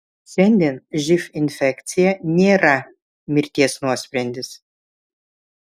šiandien živ infekcija nėra mirties nuosprendis